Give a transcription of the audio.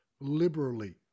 liberally